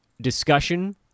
discussion